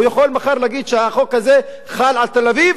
והוא יכול מחר להגיד שהחוק הזה חל על תל-אביב,